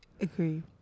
agree